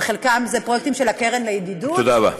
בחלקם פרויקטים של הקרן לידידות, תודה רבה.